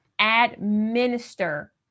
administer